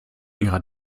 ihrer